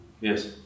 Yes